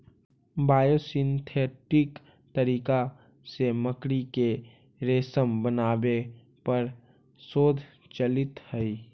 biosynthetic तरीका से मकड़ी के रेशम बनावे पर शोध चलित हई